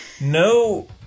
no